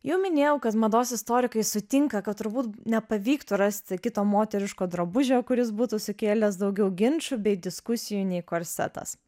jau minėjau kad mados istorikai sutinka kad turbūt nepavyktų rasti kito moteriško drabužio kuris būtų sukėlęs daugiau ginčų bei diskusijų nei korsetas